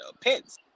pins